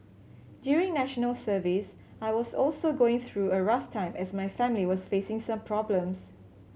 during National Service I was also going through a rough time as my family was facing some problems